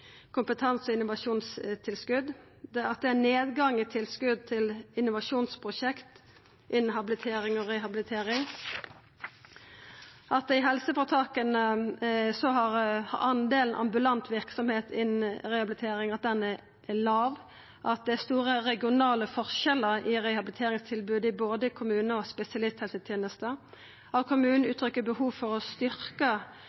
kompetanse- og innovasjonstilskot det er nedgang i tilskot til innovasjonsprosjekt innan habilitering og rehabilitering i helseføretaka er delen av ambulant verksemd innan rehabilitering låg det er store regionale forskjellar i rehabiliteringstilbodet i både kommunehelsetenesta og spesialisthelsetenesta kommunane uttrykkjer behov for å styrkja dette feltet, men tiltaka famnar ikkje breidda av